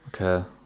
Okay